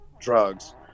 drugs